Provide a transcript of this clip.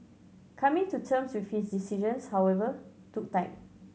coming to terms with his decisions however took time